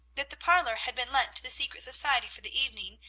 that the parlor had been lent to the secret society for the evening,